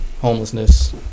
homelessness